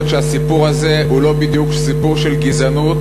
שהסיפור הזה הוא לא בדיוק סיפור של גזענות.